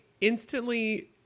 instantly